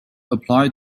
apply